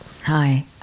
Hi